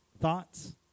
thoughts